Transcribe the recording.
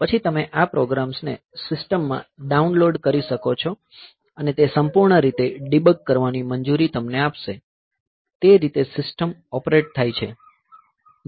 પછી તમે આ પ્રોગ્રામ્સને સિસ્ટમમાં ડાઉનલોડ કરી શકો છો અને તે સંપૂર્ણ રીતે ડીબગ કરવાની મંજૂરી તમને આપશે તે રીતે સિસ્ટમ ઓપરેટ થાય છે